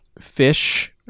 fish